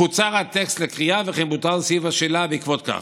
קוצר הטקסט לקריאה ובוטל סעיף בשאלה בעקבות זאת.